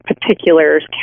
particulars